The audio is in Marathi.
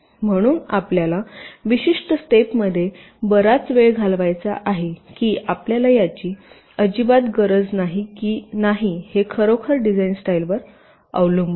म्हणूनच आपल्याला विशिष्ट स्टेपमध्ये बराच वेळ घालवायचा आहे की आपल्याला याची अजिबात गरज नाही की नाही हे खरोखर डिझाइन स्टाईलवर अवलंबून आहे